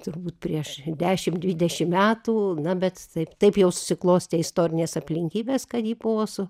turbūt prieš dešim dvidešim metų na bet taip taip jau susiklostė istorinės aplinkybės kad ji buvo su